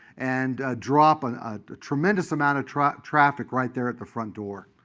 and drop and a tremendous amount of traffic traffic right there at the front door.